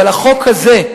אבל החוק הזה,